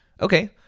Okay